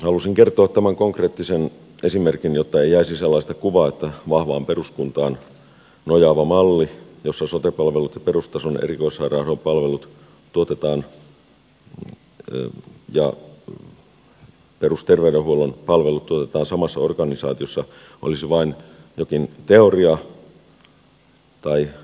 halusin kertoa tämän konkreettisen esimerkin jotta ei jäisi sellaista kuvaa että vahvaan peruskuntaan nojaava malli jossa sote palvelut perustason erikoissairaanhoidon palvelut ja perusterveydenhuollon palvelut tuotetaan samassa organisaatiossa olisi vain jokin teoria tai utopia